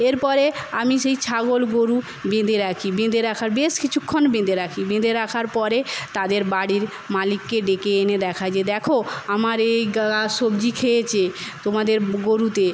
এর পরে আমি সেই ছাগল গরু বেঁধে রাখি বেঁধে রাখার বেশ কিছুক্ষণ বেঁধে রাখি বেঁধে রাখার পরে তাদের বাড়ির মালিককে ডেকে এনে দেখাই যে দেখো আমার এই গাছ সবজি খেয়েছে তোমাদের গরুতে